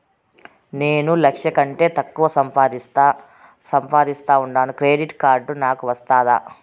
నేను లక్ష కంటే తక్కువ సంపాదిస్తా ఉండాను క్రెడిట్ కార్డు నాకు వస్తాదా